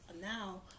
now